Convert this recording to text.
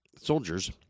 soldiers